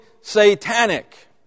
satanic